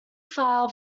file